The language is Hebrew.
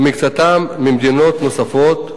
ומקצתם ממדינות נוספות,